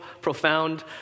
profound